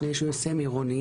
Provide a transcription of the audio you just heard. שני יישובים סמי-עירוניים,